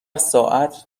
ساعت